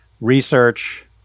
research